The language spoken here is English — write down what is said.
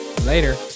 Later